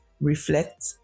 reflect